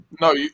no